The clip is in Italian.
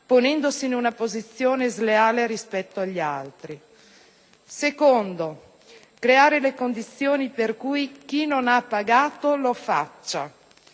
ponendosi in una posizione sleale rispetto agli altri. La seconda è quella di creare le condizioni per cui chi non ha pagato lo faccia,